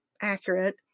accurate